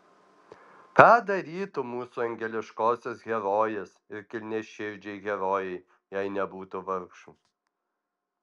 ką darytų mūsų angeliškosios herojės ir kilniaširdžiai herojai jei nebūtų vargšų